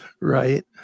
Right